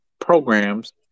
programs